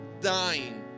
dying